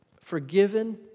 Forgiven